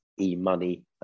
e-money